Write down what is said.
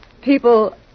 People